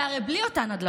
שהרי בלי אותן הדלפות,